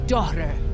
Daughter